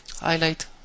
Highlight